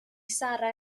sarra